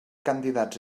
candidats